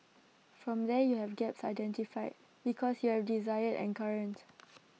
from there you have gaps identified because you have desired and current